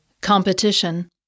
Competition